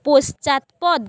পশ্চাৎপদ